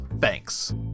Thanks